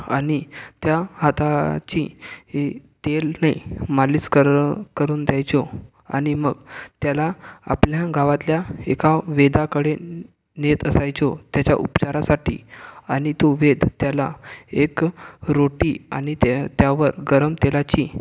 आणि त्या हाताचीही तेलाने मालीश कर करून द्यायचो आणि मग त्याला आपल्या गावातल्या एका वैद्याकडे नेत असायचो त्याच्या उपचारासाठी आणि तो वैद्य त्याला एक रोटी आणि त्या त्यावर गरम तेलाची